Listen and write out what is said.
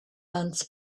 months